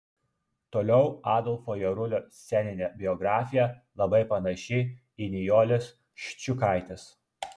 toliau adolfo jarulio sceninė biografija labai panaši į nijolės ščiukaitės